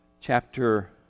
chapter